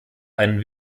einen